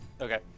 Okay